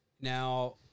Now